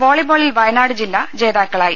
വോളിബോളിൽ വയനാട് ജില്ല ജേതാക്കളായി